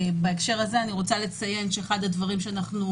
בהקשר הזה אני רוצה לציין שאחד הדברים שאנחנו